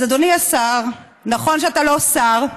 אז אדוני השר, נכון שאתה לא שר,